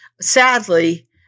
Sadly